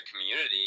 community